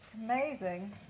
Amazing